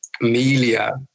Amelia